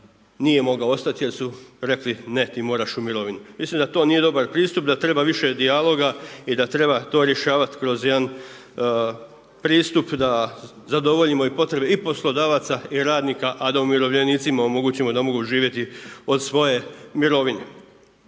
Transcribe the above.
nije mogao ostati jer su rekli ne, ti moraš u mirovinu. Mislim da to nije dobar pristup, da treba više dijaloga i da treba to rješavati kroz jedan pristup da zadovoljimo i potrebe i poslodavaca i radnika a da umirovljenicima omogućimo i da mogu živjeti od svoje mirovine.